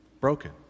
Broken